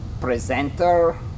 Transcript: presenter